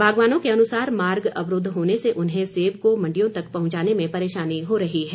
बागवानों के अनुसार मार्ग अवरूद्ध होने से उन्हें सेब को मण्डियों तक पहुंचाने में परेशानी हो रही है